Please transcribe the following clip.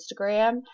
Instagram